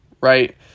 right